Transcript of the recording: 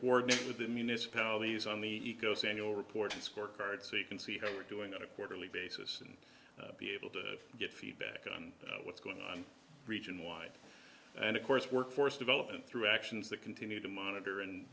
coordinate with the municipalities on the eco saniel reporting scorecard so you can see how you're doing on a quarterly basis and be able to get feedback on what's going on region wide and of course workforce development through actions that continue to monitor and